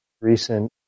recent